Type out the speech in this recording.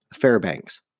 Fairbanks